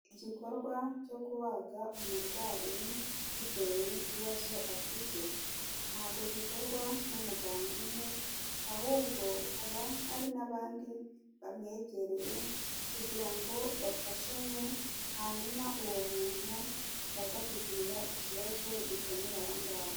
Igikorwa cyo kubaga umurwayi bitewe n'ikibazo afite, ntabwo gikorwa n'umuganga umwe, ahubwo haba hari n'abandi bamwegereye kugira ngo bafashanye, hanyuma uwo muntu ataza kugirira ikibazo gikomeye aho ngaho.